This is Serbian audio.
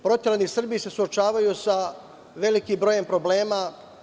Proterani Srbi se suočavaju sa velikim brojem problema.